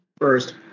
First